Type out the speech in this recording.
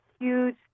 huge